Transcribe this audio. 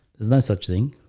there's no such thing.